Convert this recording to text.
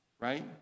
right